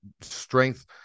strength